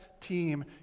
team